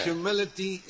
Humility